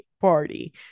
party